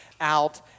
out